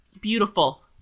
Beautiful